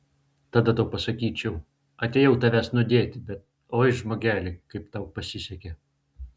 tada tau pasakyčiau atėjau tavęs nudėti bet oi žmogeli kaip tau pasisekė